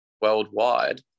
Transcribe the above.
worldwide